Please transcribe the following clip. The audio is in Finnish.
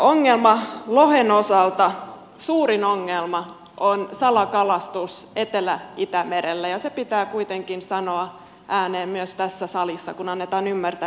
ongelma lohen osalta suurin ongelma on salakalastus etelä itämerellä ja se pitää kuitenkin sanoa ääneen myös tässä salissa kun annetaan ymmärtää jotain muuta